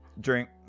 Drink